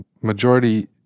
majority